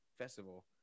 festival